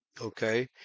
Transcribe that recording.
Okay